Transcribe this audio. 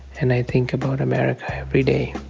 and i think about america every day.